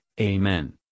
Amen